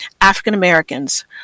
African-Americans